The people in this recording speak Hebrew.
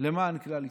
למען כלל ישראל.